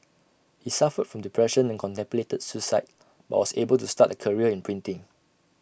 he suffered from depression and contemplated suicide but was able to start A career in printing